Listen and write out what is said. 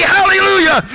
Hallelujah